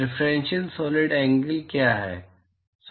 differential solid angle क्या है